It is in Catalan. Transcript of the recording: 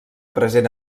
present